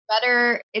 better